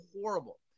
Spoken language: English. horrible